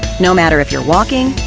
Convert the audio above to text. no matter if you're walking,